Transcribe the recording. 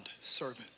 servant